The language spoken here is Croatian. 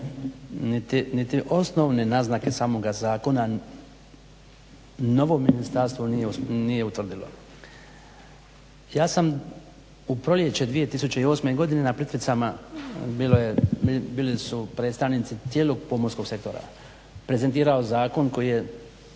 niti osnovne naznake samoga zakona novo ministarstvo nije utvrdilo. Ja sam u proljeće 2008. godine na Plitvicama, bili su predstavnici cijelog pomorskog sektora prezentirao zakon koji je